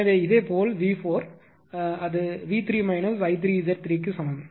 எனவே இதேபோல் V4 V3 I3Z3 க்கு சமம்